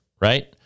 right